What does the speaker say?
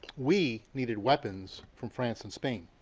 we needed weapons from france and spain,